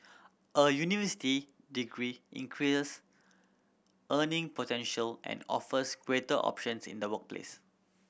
a university degree increase earning potential and offers greater options in the workplace